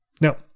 Now